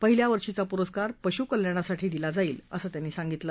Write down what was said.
पहिल्या वर्षीचा पुरस्कार पशुकल्याणासाठी दिला जाईल असं त्यांनी सांगितलं